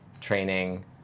training